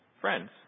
friends